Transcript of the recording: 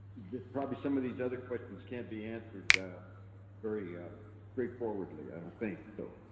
there's probably some of these other questions can't be answered very straightforwardly, i don't think so.